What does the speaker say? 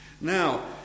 now